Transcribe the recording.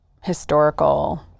historical